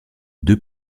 deux